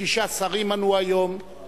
שישה שרים ענו היום,